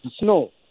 snow